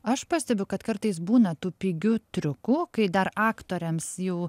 aš pastebiu kad kartais būna tų pigių triukų kai dar aktoriams jau